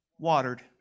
Watered